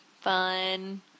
fun